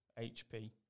HP